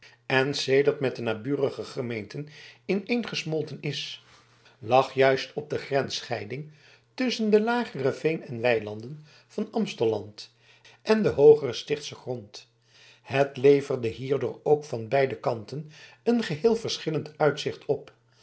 en sedert met de naburige gemeenten ineengesmolten is lag juist op de grensscheiding tusschen de lagere veen en weilanden van amstelland en den hoogeren stichtschen grond het leverde hierdoor ook van beide kanten een geheel verschillend uitzicht op